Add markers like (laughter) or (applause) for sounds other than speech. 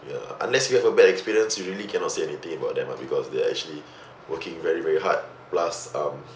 ya unless you have a bad experience you really cannot say anything about them ah because they are actually (breath) working very very hard plus um